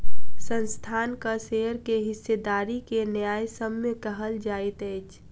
संस्थानक शेयर के हिस्सेदारी के न्यायसम्य कहल जाइत अछि